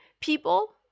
People